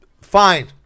Fine